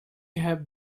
have